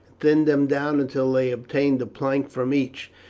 thin them down until they obtained a plank from each.